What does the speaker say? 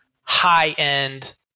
high-end